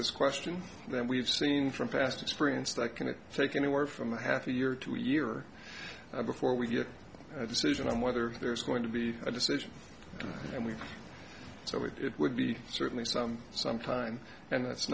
this question then we've seen from past experience that can it take anywhere from a half a year to year before we get a decision on whether there's going to be a decision and we so it would be certainly some some time and it's